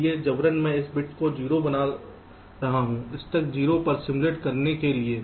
इसलिए जबरन मैं उस बिट को 0 बना रहा हूं स्टक 0पर सिमुलेट करने के लिए